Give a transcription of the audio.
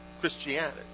Christianity